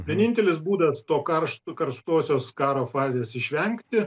vienintelis būdas to karšto karštosios karo fazės išvengti